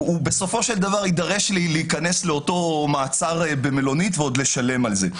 הוא בסופו של דבר יידרש להיכנס לאותו מעצר במלונית ועוד לשלם על זה.